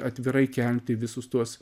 atvirai kelti visus tuos